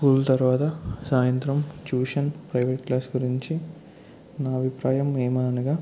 school తర్వాత సాయంత్రం tuition private class గురించి నా అభిప్రాయం ఏమనగా